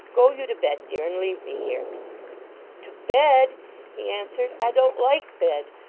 go you to bed, dear, and leave me here to bed he answered. i don't like bed.